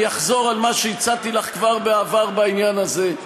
אני אחזור על מה שהצעתי לך כבר בעבר בעניין הזה,